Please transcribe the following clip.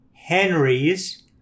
Henry's